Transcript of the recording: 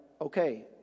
okay